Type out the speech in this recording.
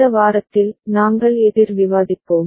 இந்த வாரத்தில் நாங்கள் எதிர் விவாதிப்போம்